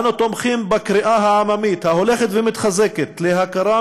אנו תומכים בקריאה העממית ההולכת ומתחזקת להכרה